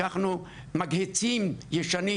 לקחנו מגהצים ישנים,